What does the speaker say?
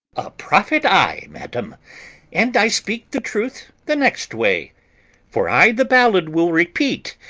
a prophet i, madam and i speak the truth the next way for i the ballad will repeat,